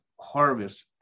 harvest